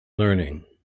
learning